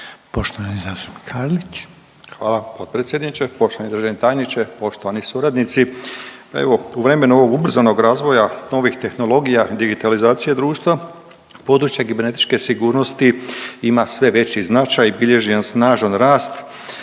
Mladen (HDZ)** Hvala potpredsjedniče, poštovani državni tajniče, poštovani suradnici. Evo, u vrijeme novog ubrzanog razvoja novih tehnologija i digitalizacije društva, područje kibernetičke sigurnosti ima sve veći značaj, bilježi jedan snažan rast